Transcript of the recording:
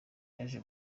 yaje